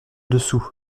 dessous